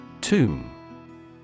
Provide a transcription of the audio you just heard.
Tomb